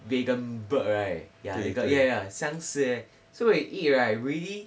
veganburg right ya ya 像是 eh so when you eat right really